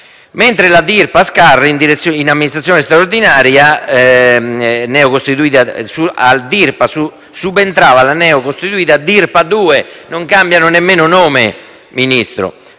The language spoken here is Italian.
Mentre la Dirpa Scarl era in amministrazione straordinaria, le subentrava la neocostituita Dirpa 2 Scarl - non cambiano nemmeno nome, Ministro!